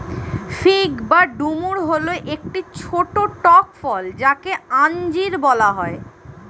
fig বা ডুমুর হল একটি ছোট্ট টক ফল যাকে আঞ্জির বলা হয়